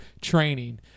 training